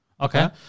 Okay